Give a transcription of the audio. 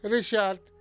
Richard